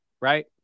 right